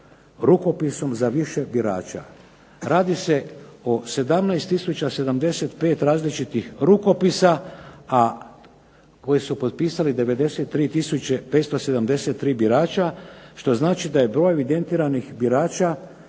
rukopisom za više birača. Radi se o 17 tisuća 75 različitih rukopisa, a koji su potpisali 93 tisuće 573 birača što znači da je broj evidentiranih birača,